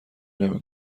نمی